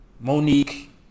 Monique